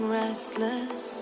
restless